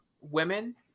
women